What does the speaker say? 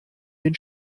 den